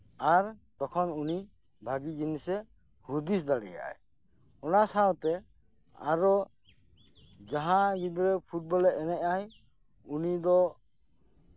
ᱟᱨ ᱛᱚᱠᱷᱚᱱ ᱩᱱᱤ ᱵᱷᱟᱜᱤ ᱡᱤᱱᱤᱥᱮ ᱦᱩᱫᱤᱥ ᱫᱟᱲᱮᱣᱟᱜᱼᱟᱭ ᱚᱱᱟ ᱥᱟᱶᱛᱮ ᱟᱨᱚ ᱡᱟᱦᱟᱸᱭ ᱜᱤᱫᱽᱨᱟᱹ ᱯᱷᱩᱴᱵᱚᱞᱮᱭ ᱮᱱᱮᱡ ᱟᱭ ᱩᱱᱤ ᱫᱚ